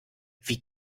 wie